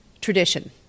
tradition